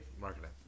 marketing